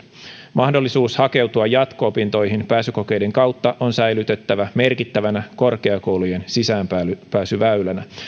mahdollisuus hakeutua jatko opintoihin pääsykokeiden kautta on säilytettävä merkittävänä korkeakoulujen sisäänpääsyväylänä